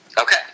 Okay